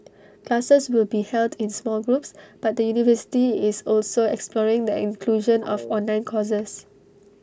classes will be held in small groups but the university is also exploring the inclusion of online courses